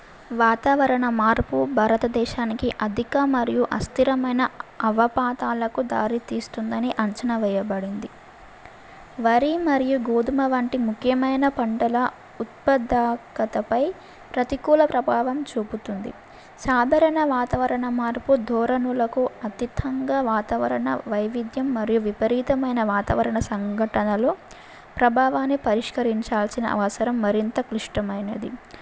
వాతావరణ మార్పు భారతదేశానికి అధిక మరియు అస్థిరమైన అవపాదాలకు దారితీస్తుందని అంచనా వేయబడింది వరి మరియు గోధుమ వంటి ముఖ్యమైన పంటల ఉత్పాదకతపై ప్రతికూల ప్రభావం చూపుతుంది సాధారణ వాతావరణం మార్పు ధోరణులకు అతీతంగా వాతావరణ వైవిధ్యం మరియు విపరీతమైన వాతావరణ సంఘటనలు ప్రభావాన్ని పరిష్కరించాల్సిన అవసరం మరింత క్లిష్టమైనది